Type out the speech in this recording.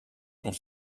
sont